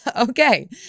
Okay